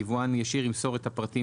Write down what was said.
יבואן ישיר ימסור את הפרטים,